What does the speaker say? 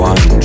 One